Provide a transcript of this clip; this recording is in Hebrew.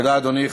תודה, אדוני.